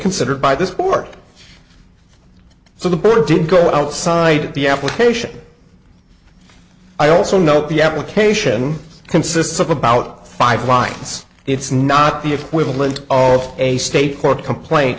considered by this borked so the board didn't go outside the application i also know the application consists of about five clients it's not the equivalent of a state court complain